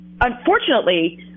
Unfortunately